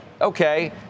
Okay